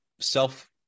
self